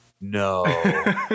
no